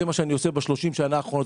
זה מה שאני עושה בשלושים השנים האחרונות,